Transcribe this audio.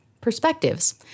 perspectives